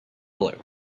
blue